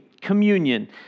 communion